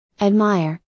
admire